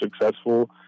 successful